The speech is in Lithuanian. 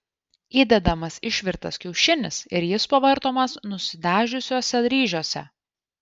įdedamas išvirtas kiaušinis ir jis pavartomas nusidažiusiuose ryžiuose